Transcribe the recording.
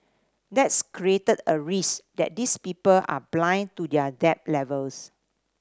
that's created a risk that these people are blind to their debt levels